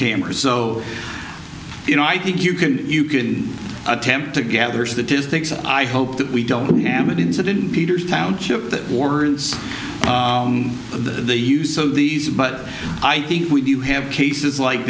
cameras so you know i think you can you can attempt to gather statistic i hope that we don't have an incident peters township that warrants the the use of these but i think we do have cases like